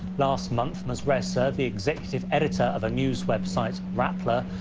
last month, ms. ressa, the executive editor of a news website, rappler,